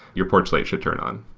your porch light should turn on.